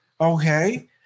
okay